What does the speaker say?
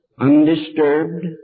undisturbed